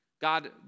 God